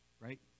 right